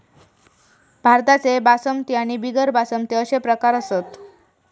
भाताचे बासमती आणि बिगर बासमती अशे प्रकार असत